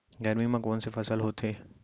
गरमी मा कोन से फसल होथे?